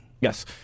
Yes